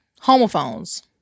Homophones